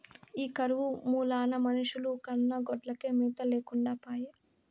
ఈ కరువు మూలాన మనుషుల కన్నా గొడ్లకే మేత లేకుండా పాయె